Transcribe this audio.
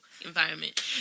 environment